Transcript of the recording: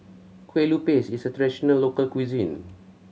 Kueh Lupis is a traditional local cuisine